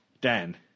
Dan